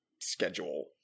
schedule